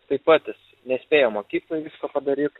taip pat jis nespėja mokykloj visko padaryt